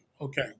Okay